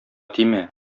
тимә